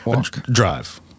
drive